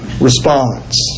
response